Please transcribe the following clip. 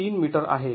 ३ metre आहे